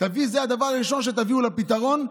אם זה הדבר הראשון שתביאו לפתרון,